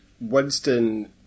Winston